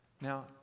Now